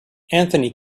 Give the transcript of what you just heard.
anthony